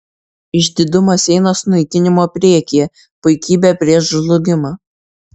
išdidumas eina sunaikinimo priekyje puikybė prieš žlugimą